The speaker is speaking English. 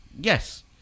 Yes